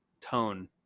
tone